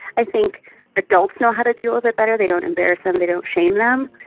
i think adults know how to deal with it better. they don't embarrass them. they don't shame them.